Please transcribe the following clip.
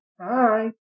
hi